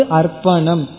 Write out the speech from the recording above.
arpanam